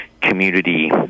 community